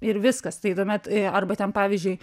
ir viskas tai tuomet arba ten pavyzdžiui